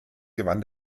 gewann